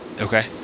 Okay